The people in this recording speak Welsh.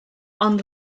ond